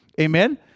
amen